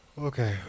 Okay